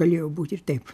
galėjo būt ir taip